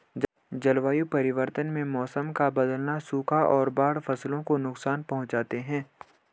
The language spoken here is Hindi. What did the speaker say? जलवायु परिवर्तन में मौसम का बदलना, सूखा और बाढ़ फसलों को नुकसान पहुँचाते है